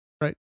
right